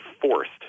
forced